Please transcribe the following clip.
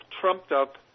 trumped-up